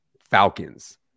Falcons